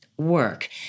work